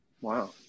Wow